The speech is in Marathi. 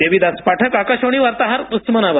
देविदास पाठक आकाशवाणी वार्ताहर उस्मानाबाद